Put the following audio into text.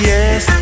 Yes